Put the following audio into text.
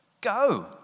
Go